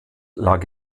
lag